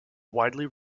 widely